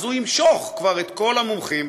הוא ימשוך כבר את כל המומחים.